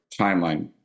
timeline